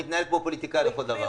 הוא מתנהל כמו פוליטיקאי לכל דבר.